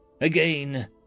Again